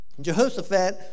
Jehoshaphat